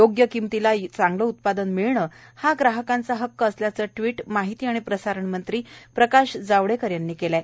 योग्य किंमतीला चांगलं उत्पादन मिळणं हा ग्राहकाचा हक्क असल्याचं ट्वीट माहिती आणि प्रसारण मंत्री प्रकाश जावडेकर यांनी केलं आहे